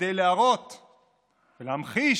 כדי להראות ולהמחיש,